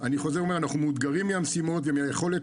אני חוזר ואומר: אנחנו מאותגרים מהמשימות ומהיכולת